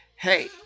hey